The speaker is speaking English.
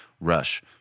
Rush